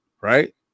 right